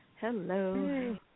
Hello